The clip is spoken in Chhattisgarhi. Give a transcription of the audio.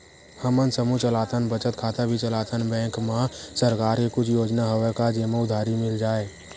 हमन समूह चलाथन बचत खाता भी चलाथन बैंक मा सरकार के कुछ योजना हवय का जेमा उधारी मिल जाय?